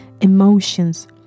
emotions